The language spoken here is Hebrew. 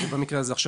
כיום,